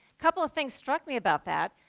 couple of things struck me about that.